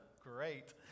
great